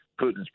Putin's